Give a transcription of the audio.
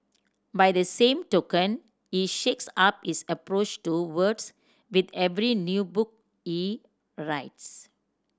by the same token he shakes up his approach to words with every new book he writes